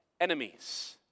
enemies